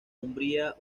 umbría